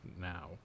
now